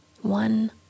One